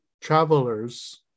travelers